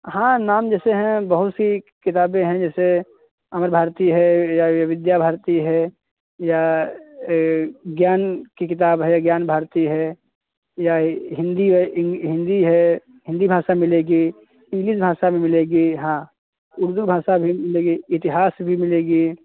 हाँ नाम जैसे है बहुत सी किताबे हैं जैसे अमर भारती है या विद्या भारती है या एक ज्ञान कि किताब है ज्ञान भारती है या हिन्दी है इंग हिन्दी है हिन्दी भाषा मिलेगी इंग्लिश भाषा भी मिलेगी हाँ उर्दू भाषा भी मिलेगी इतिहास भी मिलेगी